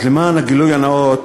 אז למען הגילוי הנאות,